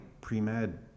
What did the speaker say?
pre-med